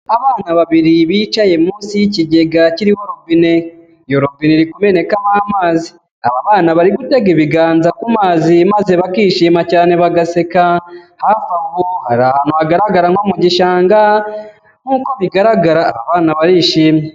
Abana babiri bicaye munsi y'ikigega kiriho robine. Iyo robine iri kumenekaho amazi. Aba bana bari gutega ibiganza ku mazi maze bakishima cyane bagaseka. Hafi aho hari ahantu hagaragara nko mu gishanga, nk'uko bigaragara aba bana barishimye.